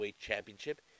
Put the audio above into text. Championship